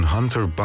Hunter